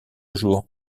jour